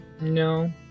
No